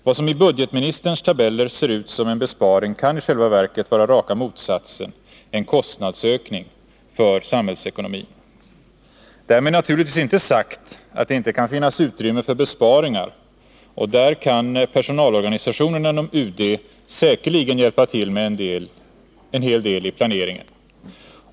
Vad som i budgetministerns tabeller ser ut som en besparing kan i själva verket vara raka motsatsen — en kostnadsökning för samhällsekonomin. Därmed är det naturligtvis inte sagt att det inte kan finnas utrymme för besparingar, och där kan personalorganisationerna inom UD säkerligen hjälpa till en del i planeringen.